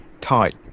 tight